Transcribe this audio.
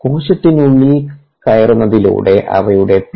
കോശത്തിനുള്ളിൽ കയറുന്നതിലൂടെ അവയുടെ പി